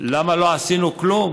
אז למה לא עשיתם כלום?